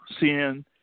seeing